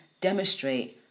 demonstrate